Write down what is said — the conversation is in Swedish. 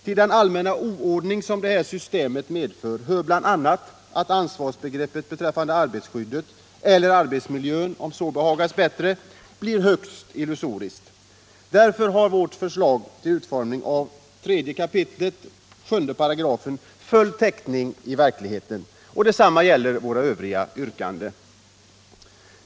Till den allmänna oordning som detta system medför hör bl.a. att ansvarsbegreppet beträffande arbetarskyddet — eller arbetsmiljön, om så behagas bättre — blir högst illusoriskt. Därför har vårt förslag till utformning av 3 kap. 7§ full täckning i verkligheten. Detsamma gäller våra övriga yrkanden.